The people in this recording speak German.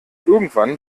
irgendwann